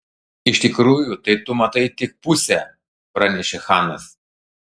iš tikrųjų tai tu matai tik pusę pranešė chanas